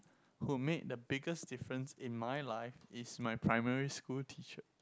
who made the biggest difference in my life is my primary school teacher